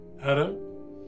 Hello